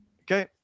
Okay